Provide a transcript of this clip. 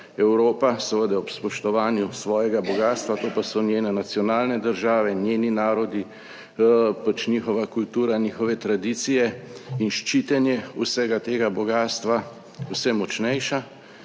Evropa, seveda ob spoštovanju svojega bogastva, to pa so njene nacionalne države, njeni narodi, njihova kultura, njihove tradicije in ščitenje vsega tega bogastva vse močnejša,